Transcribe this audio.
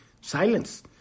Silence